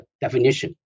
definition